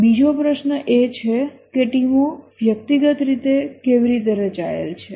બીજો પ્રશ્ન એ છે કે ટીમો વ્યક્તિગત રીતે કેવી રીતે રચાયેલ છે